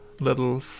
little